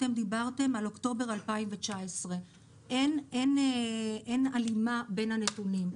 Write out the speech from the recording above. אתם דיברתם על אוקטובר 2019. אין הלימה בין הנתונים.